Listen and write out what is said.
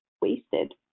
wasted